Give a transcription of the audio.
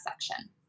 section